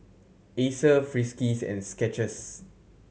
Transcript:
Acer Friskies and Skechers